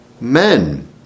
men